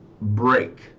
break